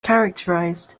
characterized